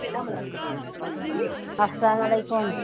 السلام علیکُم